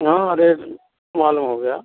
हाँ रेट मालूम हो गया